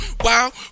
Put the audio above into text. Wow